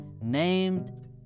named